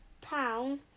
town